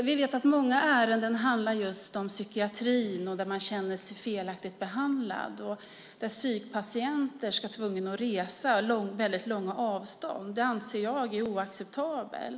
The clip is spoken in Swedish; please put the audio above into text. Många ärenden handlar om psykiatrin, att man känner sig felaktigt behandlad. Psykpatienter blir tvungna att resa långa sträckor. Jag anser att det är oacceptabelt.